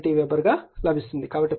కాబట్టి ∅max విలువ 0